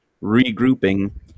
regrouping